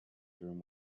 bedroom